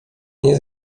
nie